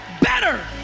better